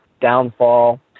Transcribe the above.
downfall